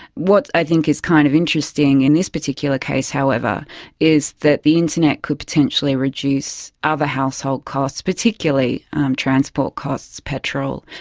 what i think is kind of interesting in this particular case however is that the internet could potentially reduce other household costs, particularly transport costs, petrol,